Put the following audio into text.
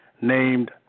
named